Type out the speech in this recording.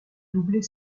doubler